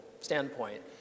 standpoint